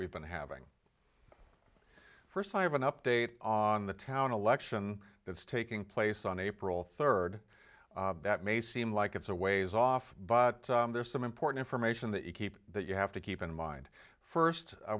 we've been having first i have an update on the town election that's taking place on april third that may seem like it's a ways off but there are some important information that you keep that you have to keep in mind first i